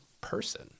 person